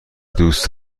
دوست